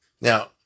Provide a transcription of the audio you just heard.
Now